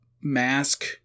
mask